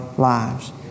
lives